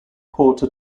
porter